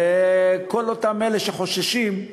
ולכל אותם אלה שחוששים,